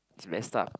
is messed up